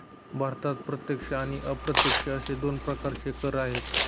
भारतात प्रत्यक्ष आणि अप्रत्यक्ष असे दोन प्रकारचे कर आहेत